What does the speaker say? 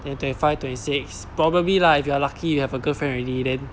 then twenty five twenty six probably lah if you are lucky you have a girlfriend already then